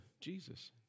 Jesus